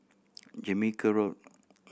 Jamaica Road